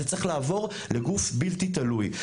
זה צריך לעבור לגוף בלתי תלוי.